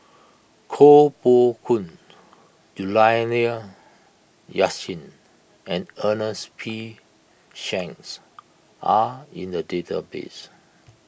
Koh Poh Koon Juliana Yasin and Ernest P Shanks are in the database